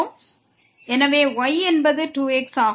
எனவே y என்பது 2 x ஆகும்